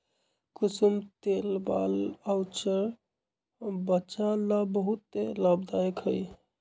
कुसुम तेल बाल अउर वचा ला बहुते लाभदायक हई